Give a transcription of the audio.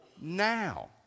now